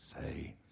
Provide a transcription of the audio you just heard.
say